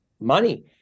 money